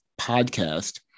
podcast